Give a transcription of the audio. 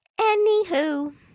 Anywho